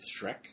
Shrek